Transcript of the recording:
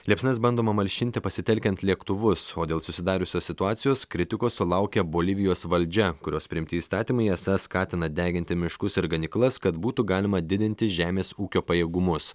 liepsnas bandoma malšinti pasitelkiant lėktuvus o dėl susidariusios situacijos kritikos sulaukė bolivijos valdžia kurios priimti įstatymai esą skatina deginti miškus ir ganyklas kad būtų galima didinti žemės ūkio pajėgumus